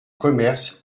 commerce